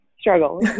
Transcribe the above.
struggle